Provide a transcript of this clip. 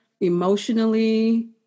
emotionally